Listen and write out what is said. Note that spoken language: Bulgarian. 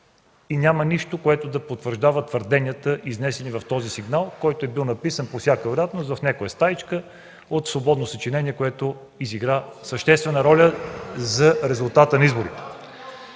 и нищо, което да потвърждава твърденията, изнесени в този сигнал, който е бил написан по всяка вероятност в някаква стаичка, свободно съчинение, което изигра съществена роля за резултата на изборите.